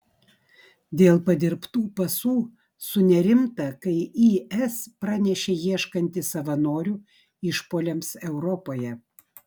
dėl padirbtų pasų sunerimta kai is pranešė ieškanti savanorių išpuoliams europoje